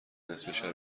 نصفه